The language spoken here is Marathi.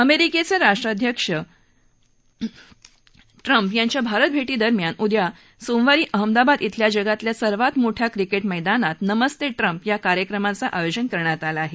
अमेरिकेचे राष्ट्राध्यक्ष डोनाल्ड ट्रम्प यांच्या भारत भेटीदरम्यान उद्या अहमदाबाद धिल्या जगातल्या सर्वात मोठ्या क्रिकेट मैदानात नमस्ते ट्रम्प या कार्यक्रमाचं आयोजन करण्यात आलं आहे